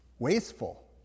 Wasteful